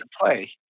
play